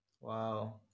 wow